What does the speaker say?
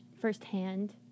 firsthand